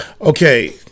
Okay